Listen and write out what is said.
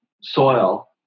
soil